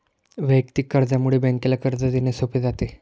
वैयक्तिक कर्जामुळे बँकेला कर्ज देणे सोपे जाते